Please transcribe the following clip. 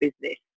business